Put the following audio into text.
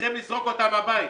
צריכים לזרוק אותם מהבית.